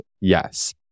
Yes